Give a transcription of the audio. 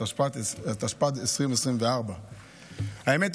התשפ"ד 2024. האמת,